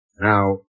Now